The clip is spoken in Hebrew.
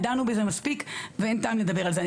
דנו בזה מספיק ואין טעם לדבר על זה.